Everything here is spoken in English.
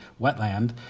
wetland